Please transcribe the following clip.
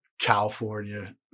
California